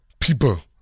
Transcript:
people